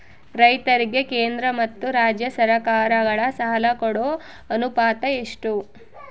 ರೈತರಿಗೆ ಕೇಂದ್ರ ಮತ್ತು ರಾಜ್ಯ ಸರಕಾರಗಳ ಸಾಲ ಕೊಡೋ ಅನುಪಾತ ಎಷ್ಟು?